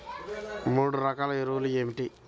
మూడు రకాల ఎరువులు ఏమిటి?